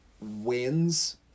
wins